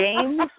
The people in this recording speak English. James